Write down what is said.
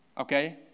Okay